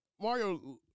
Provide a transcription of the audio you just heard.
Mario